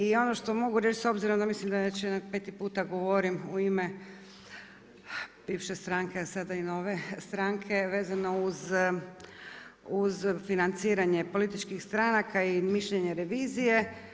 I ono što mogu reći, s obzirom, da već jedno 5 puta govorim u ime bivše stranke, a sada i nove stranke, vezano uz financiranje političkih stranka i mišljenje revizije.